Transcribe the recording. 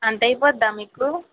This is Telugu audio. అంత అయిపోతదా మీకు